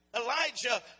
Elijah